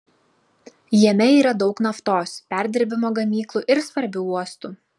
jame yra daug naftos perdirbimo gamyklų ir svarbių uostų